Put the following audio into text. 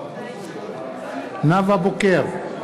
בעד נאוה בוקר,